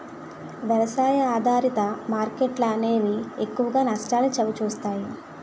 వ్యవసాయ ఆధారిత మార్కెట్లు అనేవి ఎక్కువగా నష్టాల్ని చవిచూస్తాయి